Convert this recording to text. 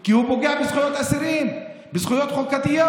כי הוא פוגע בזכויות אסירים, בזכויות חוקתיות,